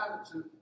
attitude